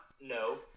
No